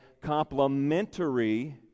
complementary